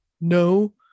no